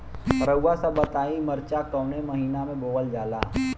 रउआ सभ बताई मरचा कवने महीना में बोवल जाला?